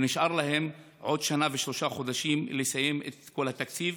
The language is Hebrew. ונשארו להם עוד שנה ושלושה חודשים לסיים את כל התקציב.